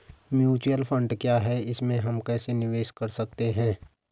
Mutual fund क्या है इसमें हम कैसे निवेश कर सकते हैं?